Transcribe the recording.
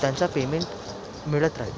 त्यांचं पेमेंट मिळत राहील